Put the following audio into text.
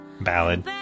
Ballad